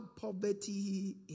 poverty